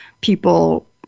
people